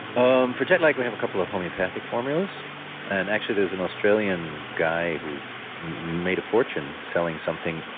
um for jet lag, we have a couple of homeopathic formulas and actually there's an australian guy who made a fortune selling something,